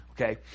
okay